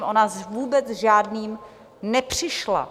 Ona s vůbec žádným nepřišla!